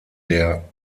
der